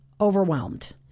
overwhelmed